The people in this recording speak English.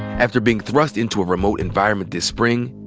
after being thrust into a remote environment this spring,